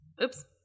Oops